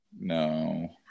No